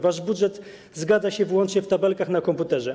Wasz budżet zgadza się wyłącznie w tabelkach na komputerze.